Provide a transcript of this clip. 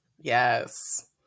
Yes